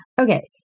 Okay